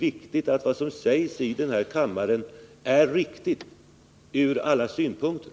Det är av stor betydelse att de upplysningar som lämnas i denna kammare är riktiga.